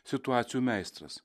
situacijų meistras